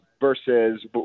versus